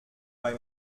bei